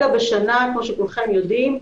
כמו שכולכם יודעים,